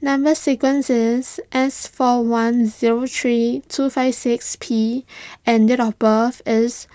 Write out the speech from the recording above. Number Sequence is S four one zero three two five six P and date of birth is